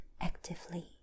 actively